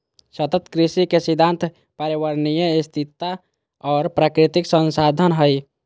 सतत कृषि के सिद्धांत पर्यावरणीय स्थिरता और प्राकृतिक संसाधन हइ